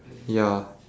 ya